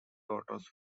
daughters